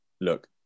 look